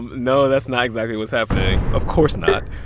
and no, that's not exactly what's happening, of course not.